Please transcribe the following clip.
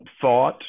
thought